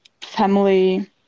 family